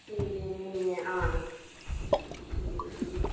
ए अँ अँ उम्